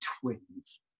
twins